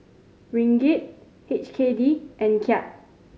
Ringgit H K D and Kyat